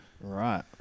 Right